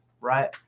right